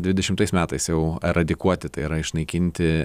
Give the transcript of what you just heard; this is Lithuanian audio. dvidešimtais metais jau eradikuoti tai yra išnaikinti